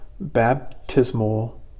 baptismal